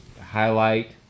highlight